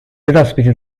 edaspidi